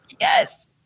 Yes